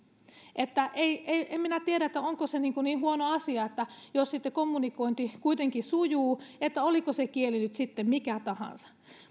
en minä tiedä onko se niin huono asia jos kommunikointi kuitenkin sujuu on se kieli nyt sitten mikä tahansa